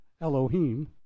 Elohim